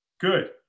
Good